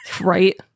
Right